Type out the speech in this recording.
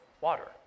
water